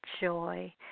joy